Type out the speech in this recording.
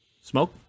Smoke